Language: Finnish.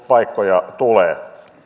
paikkoja tulee